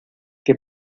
que